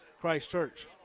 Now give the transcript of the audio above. Christchurch